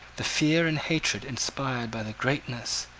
the fear and hatred inspired by the greatness,